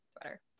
sweater